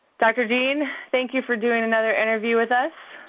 dr. jean, thank you for doing another interview with us.